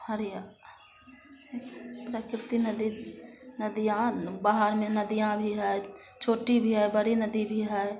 हरिया प्रकृति नदी नदियाँ न पहाड़ में नदियाँ भी है छोटी भी है बड़ी नदी भी है